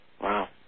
Wow